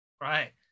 Right